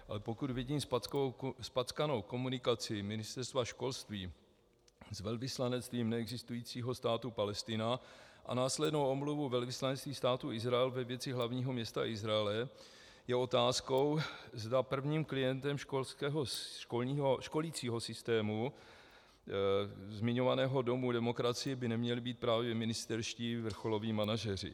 Ale pokud vidím zpackanou komunikaci Ministerstva školství s velvyslanectvím neexistujícího státu Palestina a následnou omluvu velvyslanectví Státu Izrael ve věci hlavního města Izraele, je otázkou, zda prvním klientem školicího systému zmiňovaného Domu demokracie by neměli být právě ministerští vrcholoví manažeři.